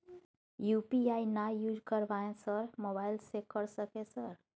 UPI ना use करवाएं sir mobile से कर सके सर?